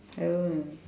oh